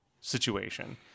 situation